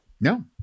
No